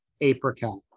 apricot